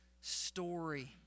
story